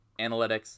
analytics